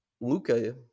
luca